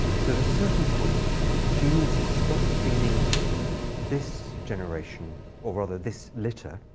sort of certain point, she needs to stop feeding this generation or, rather, this litter